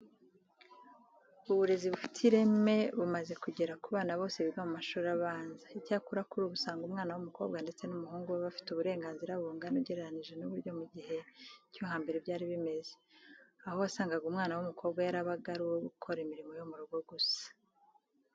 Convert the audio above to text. Uburezi bufite ireme bumaze kugera ku bana bose biga mu mashuri abanza. Icyakora kuri ubu usanga umwana w'umukobwa ndetse n'umuhungu baba bafite uburenganzira bungana ugereranyije n'uburyo mu guhe cyo hambere byari bimeze, aho wasangaga umwana w'umukobwa yarabaga ari uwo gukora imirimo yo mu rugo gusa.